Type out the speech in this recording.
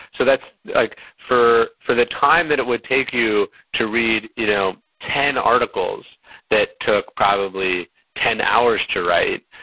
so, that's like, for for the time that it would take you to read you know ten articles that took probably ten hours to write,